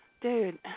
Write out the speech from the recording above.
Dude